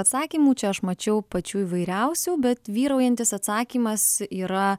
atsakymų čia aš mačiau pačių įvairiausių bet vyraujantis atsakymas yra